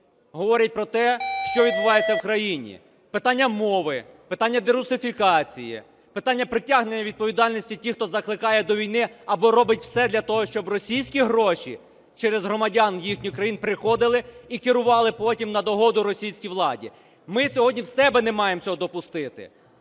говорять про те, що відбувається в країні: питання мови, питання дерусифікації, питання притягнення до відповідальності тих, хто закликає до війни або робить все для того, щоб російські гроші через громадян їхніх країн приходили і керували потім на догоду російській владі. Ми сьогодні в себе не маємо цього допустити.